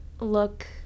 look